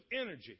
energy